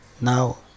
Now